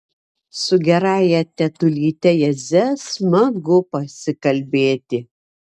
su gerąja tetulyte jadze smagu pasikalbėti